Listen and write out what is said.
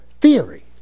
theory